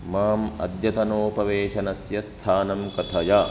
माम् अद्यतनोपवेशनस्य स्थानं कथय